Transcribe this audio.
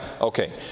Okay